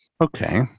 Okay